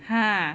!huh!